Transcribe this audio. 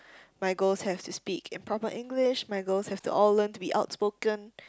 my girls have to speak in proper English my girls have to all learn to be outspoken